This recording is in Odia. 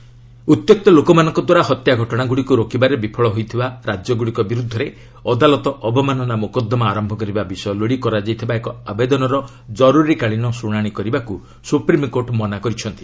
ଏସ୍ସି ଲିଞ୍ଚଙ୍ଗ୍ ଉତ୍ତ୍ୟକ୍ତ ଲୋକମାନଙ୍କଦ୍ୱାରା ହତ୍ୟା ଘଟଣାଗୁଡ଼ିକୁ ରୋକିବାରେ ବିଫଳ ହେଉଥିବା ରାଜ୍ୟଗୁଡ଼ିକ ବିରୁଦ୍ଧରେ ଅଦଲତ ଅବମାନନା ମୋକଦ୍ଦମା ଆରମ୍ଭ କରିବା ବିଷୟ ଲୋଡ଼ି କରାଯାଇଥିବା ଏକ ଆବେଦନର କର୍ରରୀକାଳୀନ ଶୁଣାଣି କରିବାକୁ ସୁପ୍ରିମ୍କୋର୍ଟ ମନା କରିଛନ୍ତି